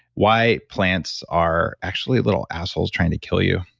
why plants are actually little assholes trying to kill you.